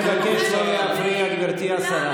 אני מבקש לא להפריע, גברתי השרה.